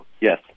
yes